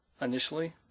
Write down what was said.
initially